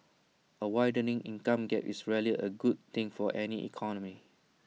A widening income gap is rarely A good thing for any economy